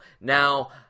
Now